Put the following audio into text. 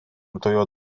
dvaro